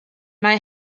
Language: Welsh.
mae